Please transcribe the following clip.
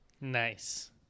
nice